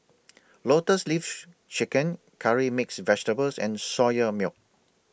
Lotus Leaf Chicken Curry Mixed Vegetables and Soya Milk